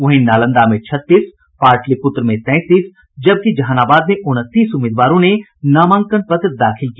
वहीं नालंदा में छत्तीस पाटलिपूत्र में तैंतीस जबकि जहानाबाद में उनतीस उम्मीदवारों ने नामांकन पत्र दाखिल किया